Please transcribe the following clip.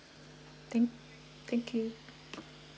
thank thank you